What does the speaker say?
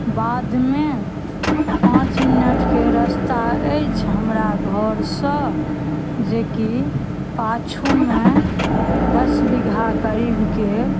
बादमे पाँच मिनटके रास्ता अछि हमरा घरसँ जेकि पाछूमे दस बीघा करीबके